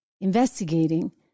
investigating